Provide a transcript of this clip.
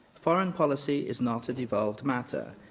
foreign policy is not a devolved matter.